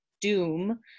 doom